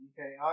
Okay